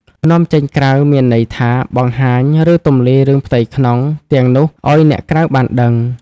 នាំចេញក្រៅ មានន័យថា បង្ហាញ ឬទម្លាយរឿងផ្ទៃក្នុងទាំងនោះឱ្យអ្នកក្រៅបានដឹង។